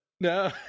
No